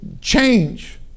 change